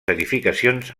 edificacions